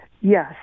Yes